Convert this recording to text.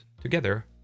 together